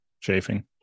chafing